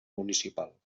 municipal